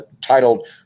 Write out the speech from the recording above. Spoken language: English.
titled